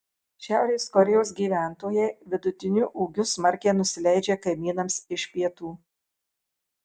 šiaurės korėjos gyventojai vidutiniu ūgiu smarkiai nusileidžia kaimynams iš pietų